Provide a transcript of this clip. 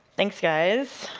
thanks guys!